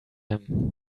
him